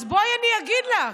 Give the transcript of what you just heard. אז בואי אני אגיד לך.